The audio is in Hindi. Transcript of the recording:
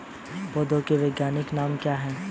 पौधों के वैज्ञानिक नाम क्या हैं?